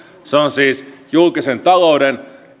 on siis sekä julkisen talouden